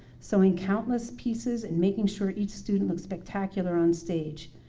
sewing countless pieces and making sure each student looked spectacular on stage.